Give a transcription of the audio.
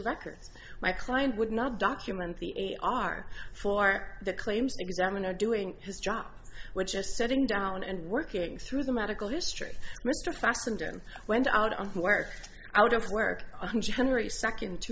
records my client would not document the a r for the claims examiner doing his job which is sitting down and working through the medical history mr fassbender went out on work out of work on january second t